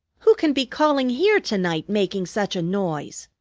who can be calling here to-night, making such a noise?